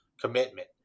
commitment